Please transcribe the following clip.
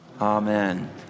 Amen